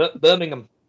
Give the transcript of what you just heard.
Birmingham